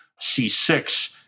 C6